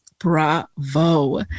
Bravo